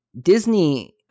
Disney